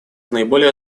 наиболее